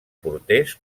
porters